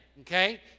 okay